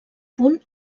punt